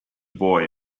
boy